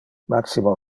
maximo